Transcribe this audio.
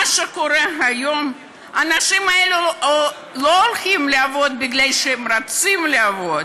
מה שקורה היום הוא שהאנשים האלה לא הולכים לעבוד מפני שהם רוצים לעבוד,